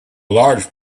large